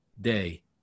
day